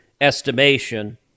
estimation